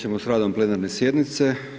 radom plenarne sjednice.